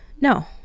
no